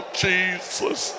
jesus